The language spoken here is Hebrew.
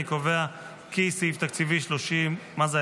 אני קובע כי סעיף תקציבי 38,